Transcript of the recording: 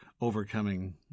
overcoming